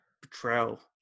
Betrayal